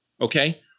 okay